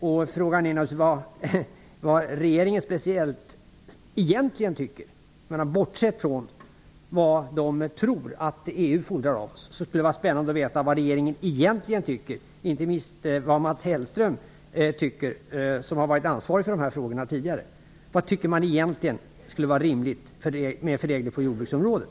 Frågan är vad regeringen egentligen tycker, bortsett från vad man tror att EU fordrar av oss. Det skulle vara spännande att få veta vad regeringen egentligen anser, inte minst vad Mats Hellström anser. Han har ju tidigare varit ansvarig för dessa frågor. Vilka regler vore rimliga på jordbruksområdet?